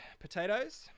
potatoes